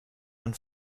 man